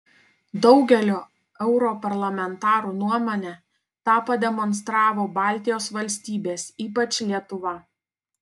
daugelio europarlamentarų nuomone tą pademonstravo baltijos valstybės ypač lietuva